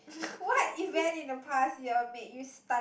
what event in the past year make you stunned